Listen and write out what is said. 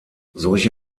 solche